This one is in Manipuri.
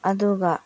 ꯑꯗꯨꯒ